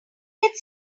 get